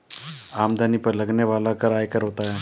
आमदनी पर लगने वाला कर आयकर होता है